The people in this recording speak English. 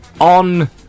on